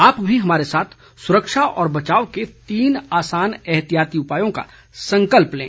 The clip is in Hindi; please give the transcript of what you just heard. आप भी हमारे साथ सुरक्षा और बचाव के तीन आसान एहतियाती उपायों का संकल्प लें